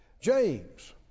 James